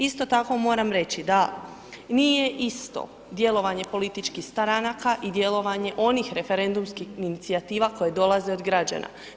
Isto tako moram reći da nije isto djelovanje političkih stranaka i djelovanje onih referendumskih inicijativa koje dolaze od građana.